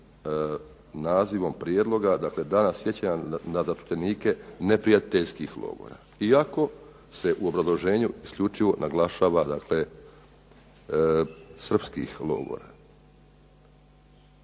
nazivom prijedloga, dakle dana sjećanja na zatočenike neprijateljskih logora iako se u obrazloženju isključivo naglašava, dakle srpskih logora.